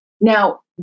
Now